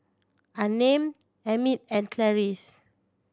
Unnamed Emmitt and Clarice